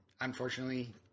Unfortunately